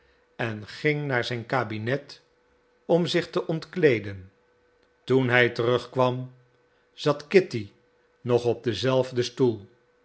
en ging naar zijn kabinet om zich te ontkleeden toen hij terugkwam zat kitty nog op denzelfden stoel